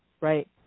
Right